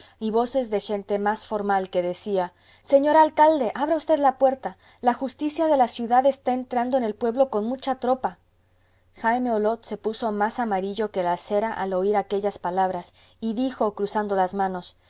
y voces de gente más formal que decía señor alcalde abra usted la puerta la justicia de la ciudad está entrando en el pueblo con mucha tropa jaime olot se puso más amarillo que la cera al oír aquellas palabras y dijo cruzando las manos